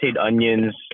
onions